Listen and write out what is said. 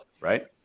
Right